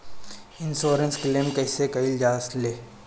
Insurance claim कइसे कइल जा ले?